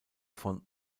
von